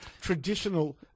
traditional